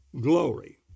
glory